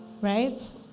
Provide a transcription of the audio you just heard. right